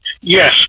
yes